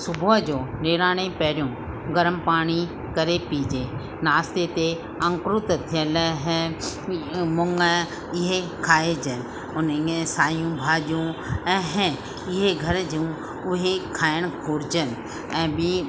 सुबुह जो नेराने पहरियों गरम पाणी करे पीजे नास्ते ते अंकुरित थियलु ऐं मुङ इहे खाइजनि उन इहे सायूं भाॼियूं ऐं इहे घर जूं उहे खाइणु घुरिजनि ऐं ॿी